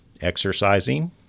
exercising